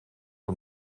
een